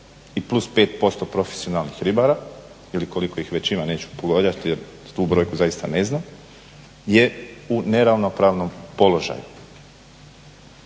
i plus 5% profesionalnih ribara ili koliko ih već ima neću pogađati jer tu brojku zaista ne znam je u neravnopravnom položaju.